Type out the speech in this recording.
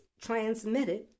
transmitted